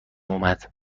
اومد